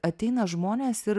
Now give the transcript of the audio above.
ateina žmonės ir